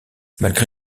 malgré